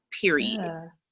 period